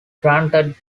granted